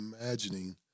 imagining